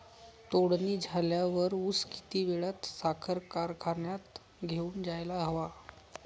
तोडणी झाल्यावर ऊस किती वेळात साखर कारखान्यात घेऊन जायला हवा?